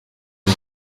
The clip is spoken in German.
die